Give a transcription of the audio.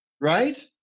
right